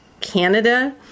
Canada